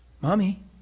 Mommy